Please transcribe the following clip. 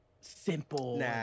simple